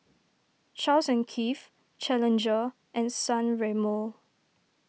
Charles and Keith Challenger and San Remo